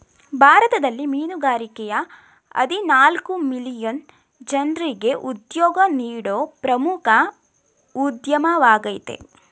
ಭಾರತದಲ್ಲಿ ಮೀನುಗಾರಿಕೆಯ ಹದಿನಾಲ್ಕು ಮಿಲಿಯನ್ ಜನ್ರಿಗೆ ಉದ್ಯೋಗ ನೀಡೋ ಪ್ರಮುಖ ಉದ್ಯಮವಾಗಯ್ತೆ